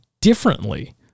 differently